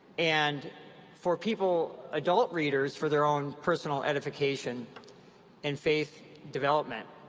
and for people, adult readers, for their own personal edification and faith development.